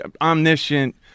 omniscient